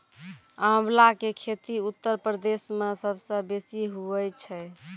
आंवला के खेती उत्तर प्रदेश मअ सबसअ बेसी हुअए छै